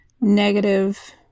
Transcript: negative